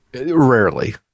Rarely